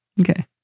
Okay